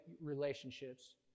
relationships